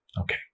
Okay